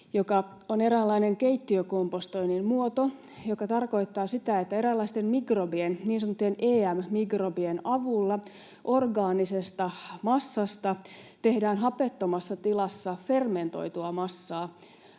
joka on eräänlainen keittiökompostoinnin muoto, joka tarkoittaa sitä, että eräänlaisten mikrobien, niin sanottujen EM-mikrobien, avulla orgaanisesta massasta tehdään hapettomassa tilassa fermentoitua massaa,